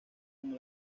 como